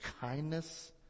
kindness